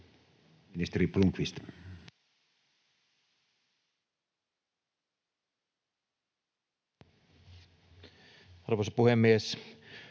Ministeri Blomqvist.